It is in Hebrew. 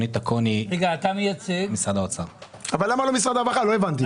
למה לא משרד הרווחה עונה אלא אתה?